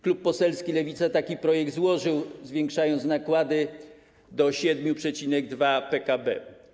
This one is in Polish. Klub poselski Lewica taki projekt złożył, zwiększający nakłady do 7,2% PKB.